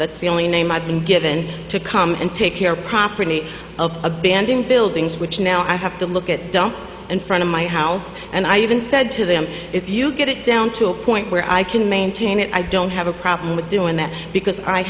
that's the only name i've been given to come and take care property of abandoned buildings which now i have to look at in front of my house and i even said to them if you get it down to a point where i can maintain it i don't have a problem with doing that because i